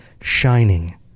shining